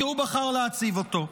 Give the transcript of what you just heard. כי הוא בחר להציב אותו.